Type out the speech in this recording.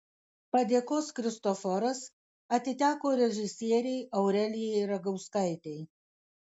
padėkos kristoforas atiteko režisierei aurelijai ragauskaitei